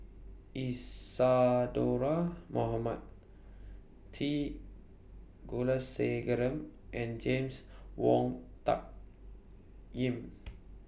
Isadhora Mohamed T Kulasekaram and James Wong Tuck Yim